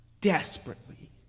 desperately